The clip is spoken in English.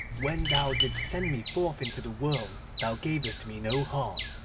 when thou didst send me forth into the world thou gavest me no heart,